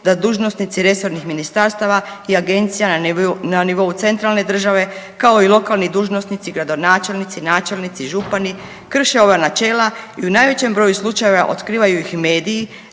da dužnosnici resornih ministarstava i agencija na nivou centralne države kao i lokalni dužnosnici, gradonačelnici, načelnici, župani krše ova načela i u najvećem broju slučajeva otkrivaju ih mediji,